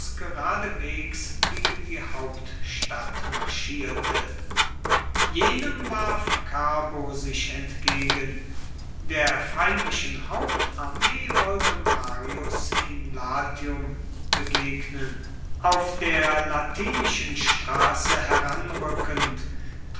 geradeswegs gegen die hauptstadt marschierte jenem warf carbo sich entgegen der feindlichen hauptarmee wollte marius in latium begegnen auf der launischen straße heranrückend